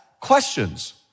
questions